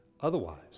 Otherwise